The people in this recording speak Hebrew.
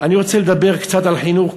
אני רוצה לדבר קצת על חינוך,